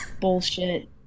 bullshit